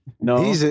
No